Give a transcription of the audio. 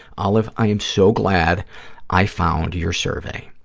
olive, i am so glad i found your survey.